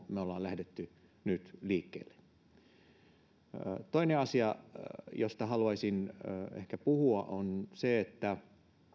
me olemme lähteneet nyt liikkeelle toinen asia josta haluaisin ehkä puhua on se että